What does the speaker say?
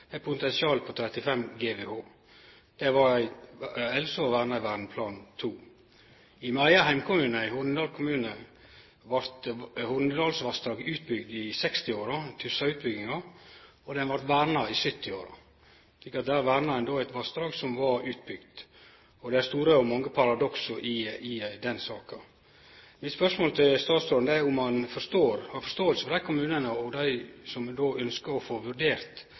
eit potensial på 35 GWh. I min eigen heimkommune, Hornindal kommune, vart Hornindalsvassdraget utbygt i 1960-åra – Tussa-utbygginga. Det vart verna i 1970-åra, slik at då verna ein eit vassdrag som var utbygt. Det er mange og store paradoks i den saka. Mitt spørsmål til statsråden er om han har forståing for dei kommunane og dei som ønskjer å få vurdert